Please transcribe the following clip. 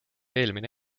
eelmine